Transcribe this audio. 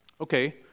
Okay